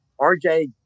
RJ